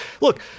Look